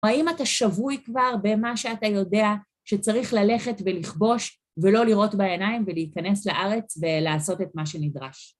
האם אתה שבוי כבר במה שאתה יודע שצריך ללכת ולכבוש ולא לראות בעיניים ולהיכנס לארץ ולעשות את מה שנדרש